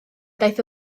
daeth